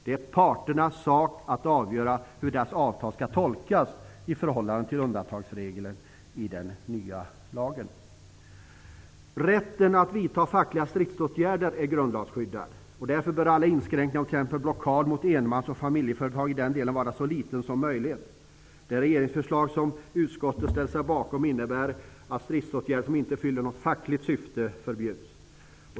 Det är parternas sak att avgöra hur deras avtal skall tolkas i förhållande till undantagsregeln i den nya lagen. Rätten att vidta fackliga stridsåtgärder är grundlagsskyddad. Därför bör alla inskränkningar, t.ex. blockad mot enmans och familjeföretag, i den delen vara så små som möjligt. Det regeringsförslag som utskottet har ställt sig bakom innebär att stridsåtgärd som inte fyller något fackligt syfte förbjuds.